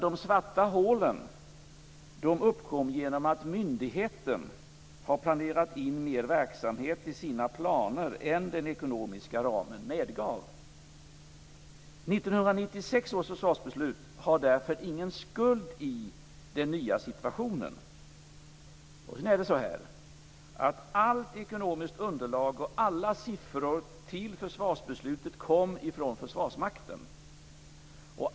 De svarta hålen uppkom genom att myndigheten har planerat in mer verksamhet i sina planer än den ekonomiska ramen medgav. 1996 års försvarsbeslut har därför ingen skuld i den nya situationen. Allt ekonomiskt underlag och alla siffror till försvarsbeslutet kom ifrån Försvarsmakten.